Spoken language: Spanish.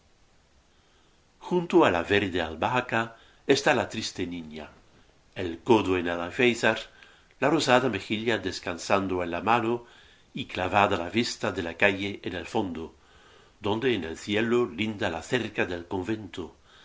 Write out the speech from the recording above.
junto á la verde albahaca está la triste niña el codo en el alféizar la rosada mejilla descansando en la mano y clavada la vista de la calle en el fondo donde en el cielo linda la cerca del convento